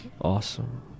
Awesome